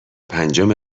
پنجم